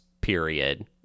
Period